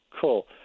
cool